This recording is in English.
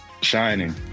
shining